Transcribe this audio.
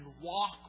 walk